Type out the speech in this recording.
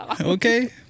Okay